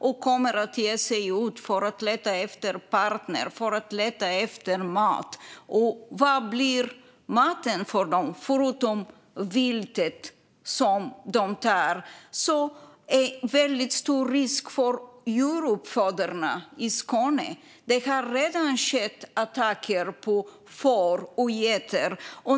De kommer att ge sig ut för att leta efter partner och för att leta efter mat. Vad blir maten för dem, förutom viltet som de tar? De utgör en väldigt stor risk för djuruppfödarna i Skåne. Det har redan skett attacker på får och getter.